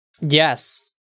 Yes